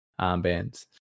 armbands